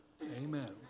Amen